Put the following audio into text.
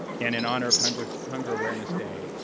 and in honor of hunger so hunger awareness day,